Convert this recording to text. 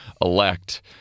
elect